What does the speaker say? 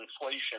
inflation